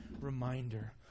reminder